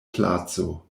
placo